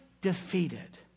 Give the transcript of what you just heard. defeated